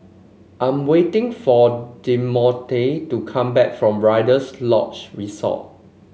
I'm waiting for Demonte to come back from Rider's Lodge Resort